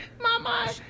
mama